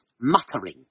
muttering